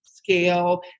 scale